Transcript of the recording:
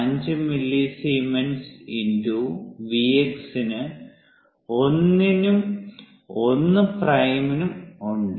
5 millisiemens × Vx ന് 1 ഉം 1 പ്രൈമും ഉണ്ട്